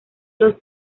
los